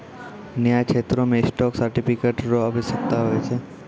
न्याय क्षेत्रो मे स्टॉक सर्टिफिकेट र आवश्यकता होय छै